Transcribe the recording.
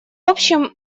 общем